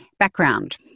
Background